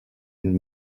and